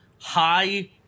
high